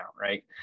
right